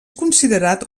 considerat